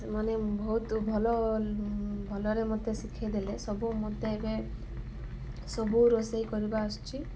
ସେମାନେ ବହୁତ ଭଲ ଭଲରେ ମୋତେ ଶିଖେଇଦେଲେ ସବୁ ମୋତେ ଏବେ ସବୁ ରୋଷେଇ କରିବା ଆସୁଛି